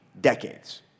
decades